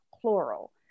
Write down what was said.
plural